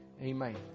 Amen